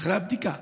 אחרי הבדיקה.